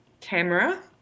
Camera